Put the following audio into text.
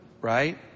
Right